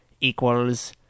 equals